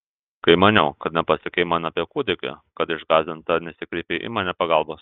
kai maniau kad nepasakei man apie kūdikį kad išgąsdinta nesikreipei į mane pagalbos